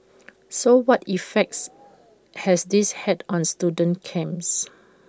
so what effects has this had on student camps